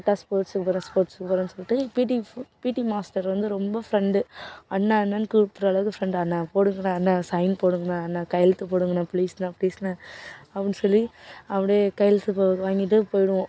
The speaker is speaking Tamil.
கேட்டால் ஸ்போர்ட்ஸுக்கு போகிறேன் ஸ்போர்ட்ஸுக்கு போகிறேன்னு சொல்லிட்டு பீட்டி பீட்டி மாஸ்டர் வந்து ரொம்ப ஃப்ரெண்டு அண்ணன் அண்ணன் கூப்புடுற அளவுக்கு ஃப்ரெண்டாக இருந்தாங்க போடுங்கண்ணா அண்ணா சைன் போடுங்கண்ணா அண்ணா கையெழுத்து போடுங்கண்ணா ப்ளீஸ் அண்ணா ப்ளீஸ் அண்ணா அப்படின்னு சொல்லி அப்படியே கையெழுத்து வாங்கிகிட்டு போய்டுவோம்